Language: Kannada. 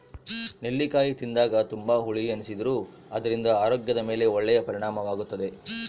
ನೆಲ್ಲಿಕಾಯಿ ತಿಂದಾಗ ತುಂಬಾ ಹುಳಿ ಎನಿಸಿದರೂ ಅದರಿಂದ ಆರೋಗ್ಯದ ಮೇಲೆ ಒಳ್ಳೆಯ ಪರಿಣಾಮವಾಗುತ್ತದೆ